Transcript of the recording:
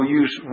use